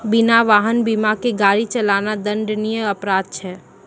बिना वाहन बीमा के गाड़ी चलाना दंडनीय अपराध छै